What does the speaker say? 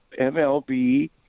MLB